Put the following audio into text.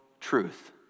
truth